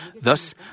Thus